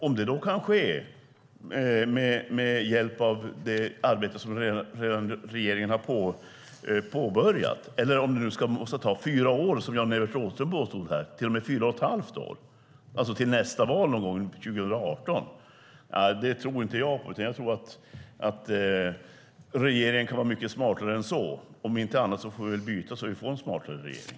Om det då kan ske med hjälp av det arbete som regeringen har påbörjat eller om det måste ta fyra år, som Jan-Evert Rådhström påstod, eller till och med fyra och ett halvt år, alltså någon gång till nästa val 2018 - nej, det tror inte jag på. Jag tror att regeringen kan vara mycket smartare än så. Om inte annat får vi väl byta så att vi får en smartare regering.